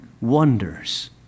wonders